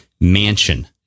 mansion